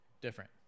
different